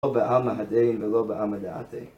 לא בעלמא הדין ולא בעלמא דאתי